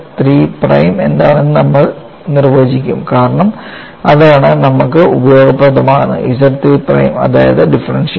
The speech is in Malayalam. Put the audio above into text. ZIII പ്രൈം എന്താണെന്ന് നമ്മൾ നിർവചിക്കും കാരണം അതാണ് നമുക്ക് ഉപയോഗപ്രദമാകുന്നത് ZIII പ്രൈം അതാണ് ഡിഫറൻഷ്യൽ